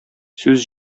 сүз